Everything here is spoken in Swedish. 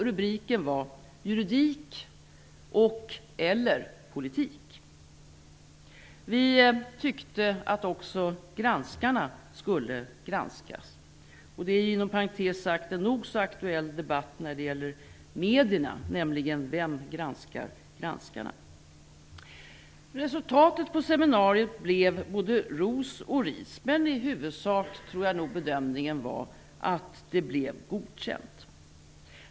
Rubriken löd: Juridik och/eller politik. Vi tyckte att också granskarna skulle granskas. Det är inom parentes sagt en nog så aktuell debatt när det gäller medierna. Vem granskar granskarna? Resultatet av seminariet blev både ros och ris, men i huvudsak tror jag att bedömningen var att det hela blev godkänt.